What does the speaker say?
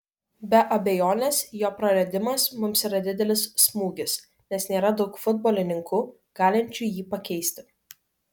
be abejonės jo praradimas mums yra didelis smūgis nes nėra daug futbolininkų galinčių jį pakeisti